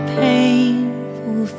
painful